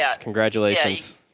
Congratulations